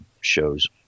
shows